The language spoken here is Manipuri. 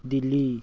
ꯗꯤꯜꯂꯤ